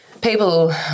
people